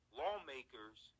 lawmakers